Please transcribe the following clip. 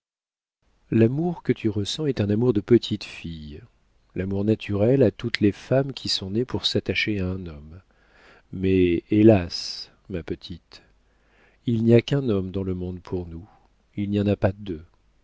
l'amour que tu ressens est un amour de petite fille l'amour naturel à toutes les femmes qui sont nées pour s'attacher à un homme mais hélas ma petite il n'y a qu'un homme dans le monde pour nous il n'y en a pas deux